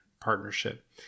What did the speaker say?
partnership